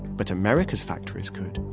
but america's factories could